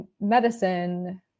medicine